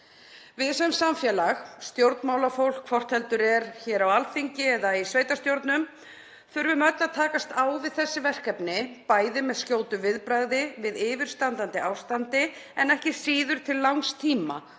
Við sem samfélag, stjórnmálafólk, hvort heldur er hér á Alþingi eða í sveitarstjórnum, þurfum öll að takast á við þessi verkefni, bæði með skjótu viðbragði við yfirstandandi ástandi en ekki síður til langs tíma,